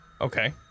Okay